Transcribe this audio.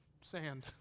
sand